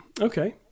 Okay